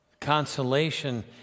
Consolation